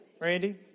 Randy